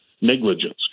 negligence